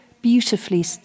beautifully